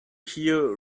hear